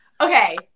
Okay